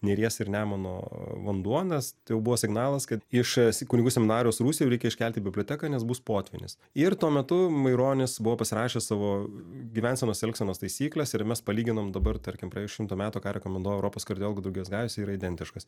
neries ir nemuno vanduo nes tai jau buvo signalas kad iš kunigų seminarijos rūsio jau reikia iškelti biblioteką nes bus potvynis ir tuo metu maironis buvo pasirašęs savo gyvensenos elgsenos taisykles ir mes palyginom dabar tarkim praėjus šimtui metų ką rekomenduoja europos kardiologų draugijos gairės yra identiškas